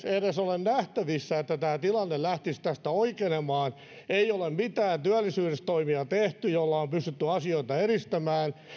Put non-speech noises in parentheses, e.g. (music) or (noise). (unintelligible) edes ole nähtävissä että tämä tilanne lähtisi tästä oikenemaan ei ole tehty mitään työllisyystoimia joilla olisi pystytty asioita edistämään